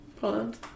pond